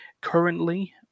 Currently